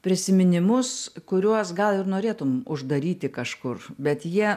prisiminimus kuriuos gal ir norėtum uždaryti kažkur bet jie